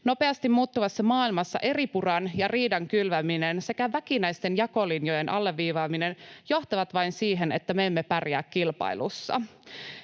Nopeasti muuttuvassa maailmassa eripuran ja riidan kylväminen sekä väkinäisten jakolinjojen alleviivaaminen johtavat vain siihen, että me emme pärjää kilpailussa.